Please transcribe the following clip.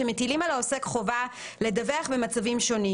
שמטילים על העוסק חובה לדווח במצבים שונים,